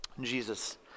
Jesus